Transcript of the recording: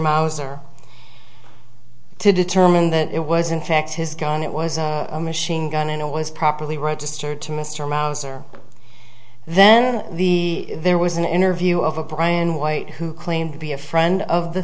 mauser to determine that it was in fact his gun it was a machine gun and it was properly registered to mr mauser then the there was an interview over brian white who claimed to be a friend of the